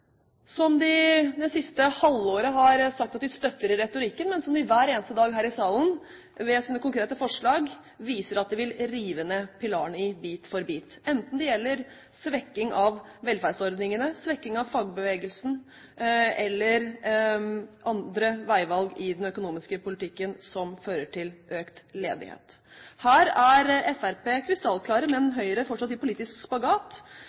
som de det siste halvåret har sagt at de støtter i retorikken, men som de hver eneste dag her i salen, ved sine konkrete forslag, viser at de vil rive ned, bit for bit, enten det gjelder svekking av velferdsordningene, svekking av fagbevegelsen, eller andre veivalg i den økonomiske politikken som fører til økt ledighet. Her er Fremskrittspartiet krystallklare, mens Høyre fortsatt er i politisk spagat.